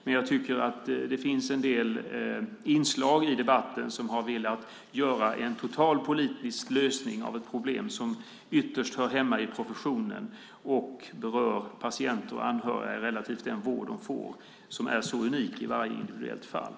Men det finns en del inslag i debatten som tyder på att man har velat ha en total politisk lösning av ett problem som ytterst hör hemma i professionen och berör patienter och anhöriga relativt den vård de får och som är unik i varje individuellt fall.